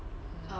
mm